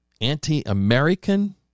anti-American